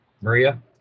Maria